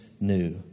new